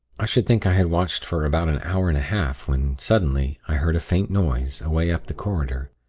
i should think i had watched for about an hour and a half, when, suddenly, i heard a faint noise, away up the corridor.